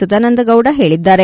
ಸದಾನಂದಗೌಡ ಹೇಳದ್ದಾರೆ